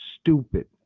stupid